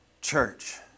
Church